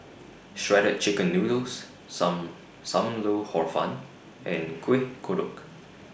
Shredded Chicken Noodles SAM SAM Lau Hor Fun and Kueh Kodok